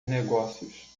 negócios